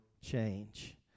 change